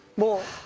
more